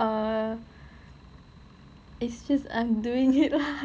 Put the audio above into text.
err it's just I'm doing it lah